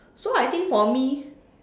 so I think for me